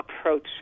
approach